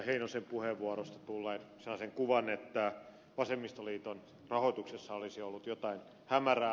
heinosen puheenvuorosta tulleen sellaisen kuvan että vasemmistoliiton rahoituksessa olisi ollut jotain hämärää